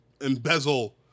embezzle